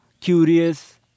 curious